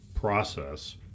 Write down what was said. process